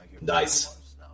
Nice